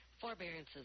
Forbearances